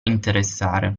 interessare